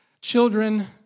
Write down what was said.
children